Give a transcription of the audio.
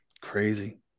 Crazy